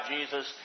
Jesus